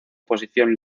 posición